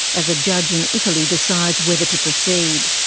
as a judge in italy decides whether to proceed.